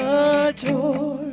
adore